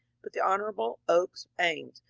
but the hon. oakes ames,